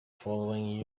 following